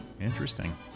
Interesting